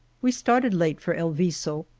we started late for el viso.